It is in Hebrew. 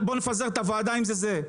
בוא נפזר את הוועדה אם זה זה.